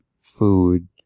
food